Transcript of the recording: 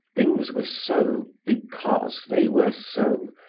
things were so because they were so,